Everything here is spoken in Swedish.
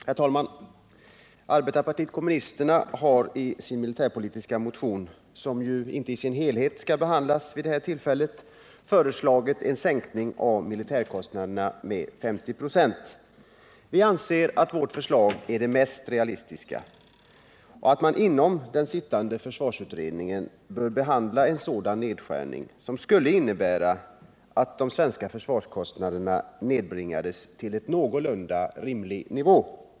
Herr talman! Arbetarpartiet kommunisterna har i sin militärpolitiska motion, som ju inte i sin helhet skall behandlas vid det här tillfället, föreslagit en sänkning av militärkostnaderna med 50 ». Vi anser att vårt förslag är det mest realistiska och att man inom den sittande försvarsutredningen bör behandla förslaget om en sådan nedskärning, som skulle innebära att de svenska försvarskostnaderna nedbringades till en någorlunda rimlig nivå.